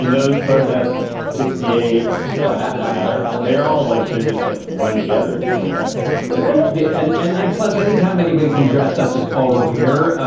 those protests, sixty eight but yeah are they are all like they're just like run together in people's head but and and and plus, any time anybody can dress up as paul revere,